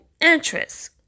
interest